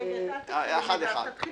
--- נתחיל